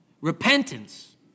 Repentance